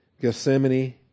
Gethsemane